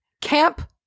Camp